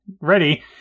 ready